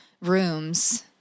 rooms